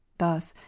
thus,